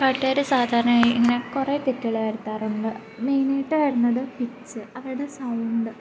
പാട്ടുകാർ സാധാരണയായി ഇങ്ങനെ കുറേ തെറ്റുകൾ വരുത്താറുണ്ട് മെയിനായിട്ട് വരുന്നത് പിച്ച് അവരുടെ സൗണ്ട്